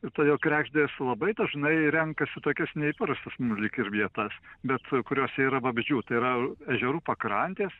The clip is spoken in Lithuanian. ir todėl kregždės labai dažnai renkasi tokias neįprastas lyg ir vietas bet kuriose yra vabzdžių tai yra ežerų pakrantės